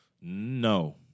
No